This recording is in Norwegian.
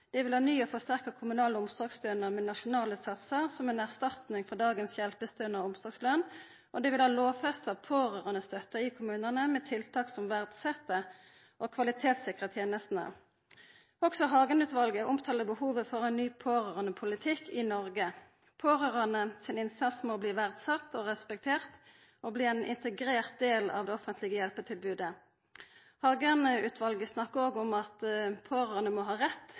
Dei vil ha ny og forsterka kommunal omsorgsstønad med nasjonale satsar som ei erstatning for dagens hjelpestønad og omsorgslønn, og dei vil ha lovfesta pårørandestøtta i kommunane med tiltak som verdset og kvalitetsikrar tenestene. Også Hagen-utvalet omtalar behovet for ein ny pårørandepolitikk i Noreg. Pårørande sin innsats må bli verdsatt og respektert og bli ein integrert del av det offentlege hjelpetilbodet. Hagen-utvalet snakkar òg om at pårørande må ha rett